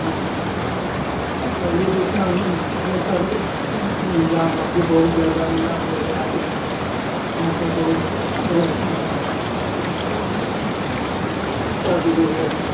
हाँ हाँ पहले तो उतना नहीं था ले माने इन्तज़ाम अब तो बहुत ज़्यादा इन्तज़ाम हो गया है वहाँ पर बहुत बहुत माने भी हो गया है